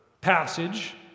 passage